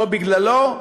לא בגללו,